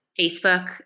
Facebook